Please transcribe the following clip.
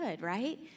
right